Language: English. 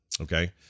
Okay